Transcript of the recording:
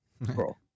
bro